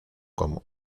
común